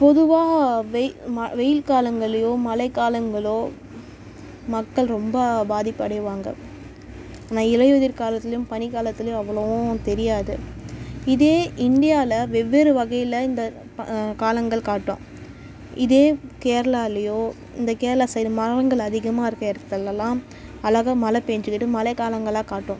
பொதுவாக வெ ம வெயில் காலங்கள்லேயோ மழை காலங்களோ மக்கள் ரொம்ப பாதிப்பு அடைவாங்க ஆனால் இலையுதிர் காலத்துலேயும் பனி காலத்துலேயும் அவ்வளவும் தெரியாது இதே இந்தியாவில் வெவ்வேறு வகையில் இந்த ப காலங்கள் காட்டும் இதே கேரளாலேயோ இந்த கேரளா சைடு மரங்கள் அதிகமாக இருக்க இடத்துலெல்லாம் அழகா மழை பெஞ்சுக்கிட்டு மழை காலங்களாக காட்டும்